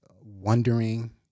wondering